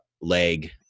leg